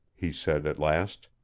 he said at last.